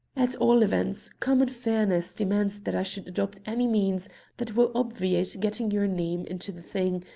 at all events common fairness demands that i should adopt any means that will obviate getting your name into the thing,